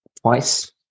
twice